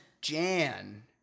Jan